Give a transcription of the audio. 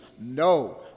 No